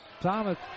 Thomas